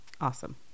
Awesome